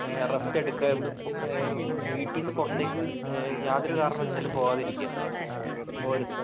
rest എടുക്കുക എവിടെയും വീട്ടിൽ നിന്ന് പുറത്തേക്ക് യാതൊരു കാരണവശാലും പോവാതിരിക്കുക പോകരുത്